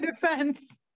defense